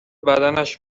بدنش